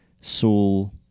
Saul